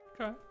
Okay